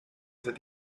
that